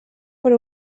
per